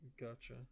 gotcha